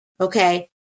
Okay